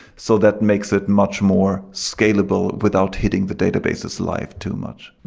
so that makes it much more scalable without hitting the databases live too much.